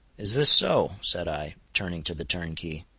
is this so? said i, turning to the turnkey.